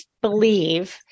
believe